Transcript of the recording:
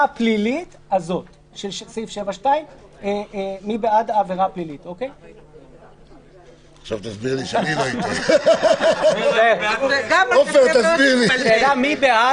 הפלילית הזאת של סעיף 7(2). מי שמצביע בעד,